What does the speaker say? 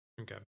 Okay